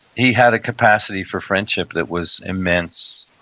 he had a capacity for friendship that was immense.